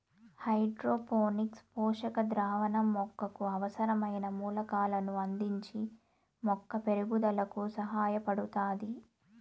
hydroponics పోషక ద్రావణం మొక్కకు అవసరమైన మూలకాలను అందించి మొక్క పెరుగుదలకు సహాయపడుతాది